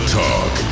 talk